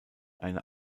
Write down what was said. eine